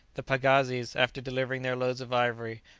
the pagazis, after delivering their loads of ivory,